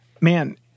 man